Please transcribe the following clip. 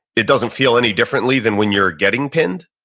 it doesn't feel any differently than when you're getting pinned?